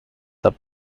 the